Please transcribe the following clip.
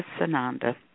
Sananda